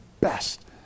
best